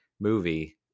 movie